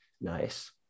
Nice